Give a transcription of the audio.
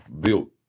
built